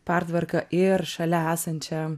pertvarka ir šalia esančią